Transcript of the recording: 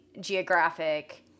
geographic